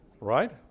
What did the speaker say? right